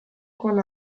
con